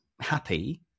happy